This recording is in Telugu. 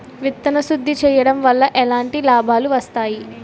విత్తన శుద్ధి చేయడం వల్ల ఎలాంటి లాభాలు వస్తాయి?